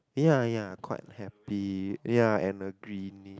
ya ya quite happy ya and a greenish